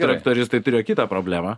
traktoristai turėjo kitą problemą